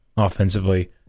offensively